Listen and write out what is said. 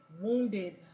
wounded